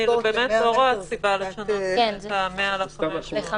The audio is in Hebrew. אני באמת לא רואה סיבה לשנות את ה-100 ל-500.